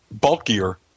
bulkier